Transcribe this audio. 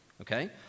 okay